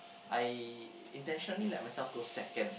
I intentionally let myself go second